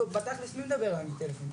בתכלס, מי מדבר היום בטלפון?